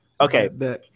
Okay